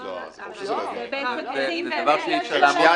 בבקשה.